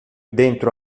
dentro